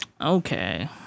Okay